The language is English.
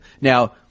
Now